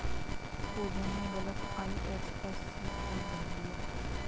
पूजा ने गलत IFSC code भर दिया